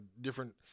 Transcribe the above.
different